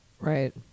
right